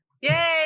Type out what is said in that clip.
Yay